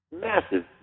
Massive